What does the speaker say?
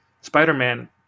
spider-man